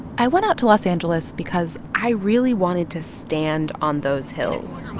i went out to los angeles because i really wanted to stand on those hills.